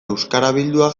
euskarabildua